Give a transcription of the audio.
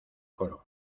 coro